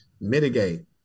mitigate